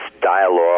dialogue